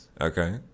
okay